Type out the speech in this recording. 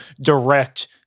direct